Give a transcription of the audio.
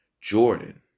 Jordan